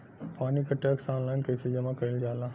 पानी क tax online कईसे जमा कईल जाला?